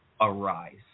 arise